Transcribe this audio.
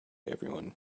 everyone